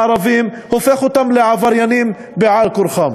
הערבים, הופך אותם לעבריינים בעל-כורחם.